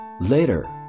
Later